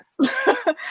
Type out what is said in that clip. yes